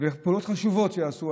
חשובות שייעשו,